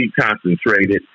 concentrated